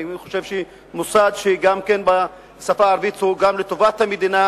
אני חושב שמוסד בשפה הערבית הוא גם לטובת המדינה,